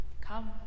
come